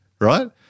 right